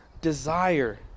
desire